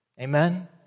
Amen